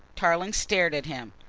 tarling stared at him.